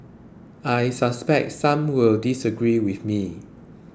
I suspect some will disagree with me